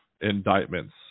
indictments